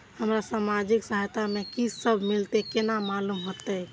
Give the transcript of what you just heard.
हमरा सामाजिक सहायता में की सब मिलते केना मालूम होते?